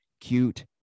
cute